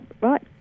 right